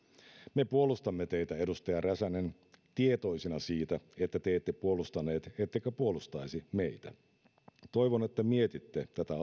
me puolustamme teitä edustaja räsänen tietoisena siitä että te ette puolustaneet ettekä puolustaisi meitä toivon että mietitte tätä